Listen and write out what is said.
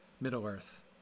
Middle-earth